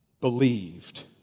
believed